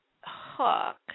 Hook